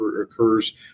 occurs